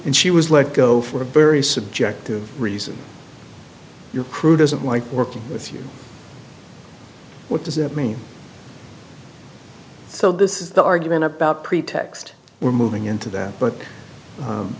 and she was let go for a very subjective reason your crew doesn't like working with you what does it mean so this is the argument about pretext we're moving into that but